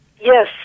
Yes